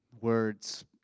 words